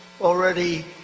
already